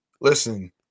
listen